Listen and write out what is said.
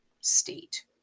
state